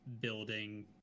building